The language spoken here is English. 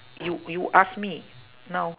you you ask me now